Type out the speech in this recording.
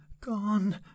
gone